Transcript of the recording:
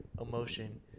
emotion